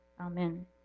Amen